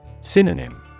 Synonym